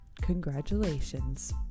congratulations